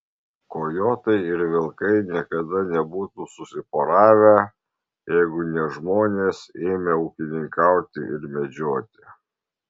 kojotai ir vilkai niekada nebūtų susiporavę jeigu ne žmonės ėmę ūkininkauti ir medžioti